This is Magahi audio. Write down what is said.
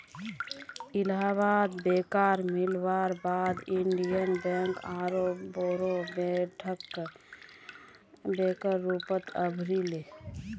इलाहाबाद बैकेर मिलवार बाद इन्डियन बैंक आरोह बोरो बैंकेर रूपत उभरी ले